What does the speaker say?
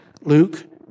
Luke